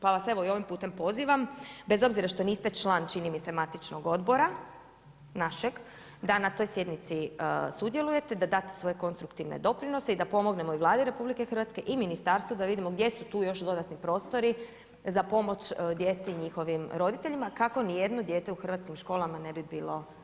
Pa vas, evo, i ovim putem pozivam, bez obzira što niste član, čini mi se matičnog odbora našeg, da na toj sjednici sudjelujete, da date svoje konstruktivne doprinose i da pomognemo i Vladi RH i Ministarstvu, da vidimo gdje su tu još dodatni prostori za pomoć djeci i njihovim roditeljima, kako niti jedno dijete u hrvatskim školama ne bi bilo gladno.